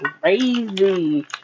crazy